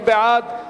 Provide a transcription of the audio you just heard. מי בעד?